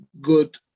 good